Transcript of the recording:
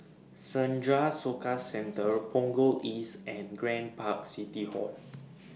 Senja Soka Centre Punggol East and Grand Park City Hall